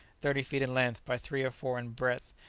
thirty feet in length by three or four in breadth,